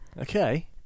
Okay